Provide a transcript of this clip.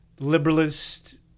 liberalist